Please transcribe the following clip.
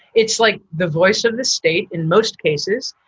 it's like the voice of the state in most cases,